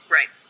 Right